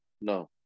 No